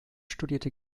studierte